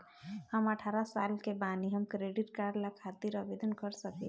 हम अठारह साल के बानी हम क्रेडिट कार्ड खातिर आवेदन कर सकीला?